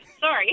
sorry